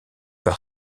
par